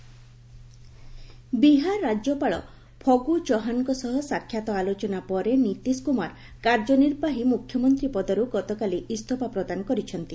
ନିତିଶ ଇସ୍ତଫା ବିହାର ରାଜ୍ୟପାଳ ଫଗୁଚୌହାନଙ୍କ ସହ ସାକ୍ଷାତ ଆଲୋଚନା ପରେ ନିତିଶ କୁମାର କାର୍ଯ୍ୟ ନିର୍ବାହୀ ମୁଖ୍ୟମନ୍ତ୍ରୀ ପଦରୁ ଗତକାଲି ଇସ୍ତଫା ପ୍ରଦାନ କରିଛନ୍ତି